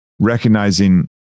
recognizing